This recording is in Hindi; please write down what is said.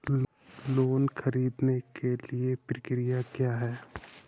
लोन ख़रीदने के लिए प्रक्रिया क्या है?